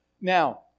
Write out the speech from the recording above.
Now